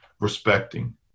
respecting